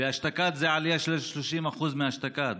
וזאת עלייה של 30% מאשתקד.